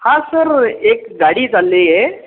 हां सर एक गाडी चालली आहे